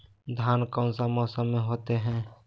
धान कौन सा मौसम में होते है?